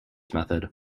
method